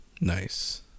Nice